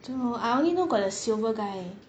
don't know I only know got a silver guy